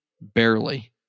barely